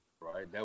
Right